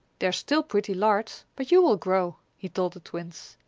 they are still pretty large but you will grow, he told the twins.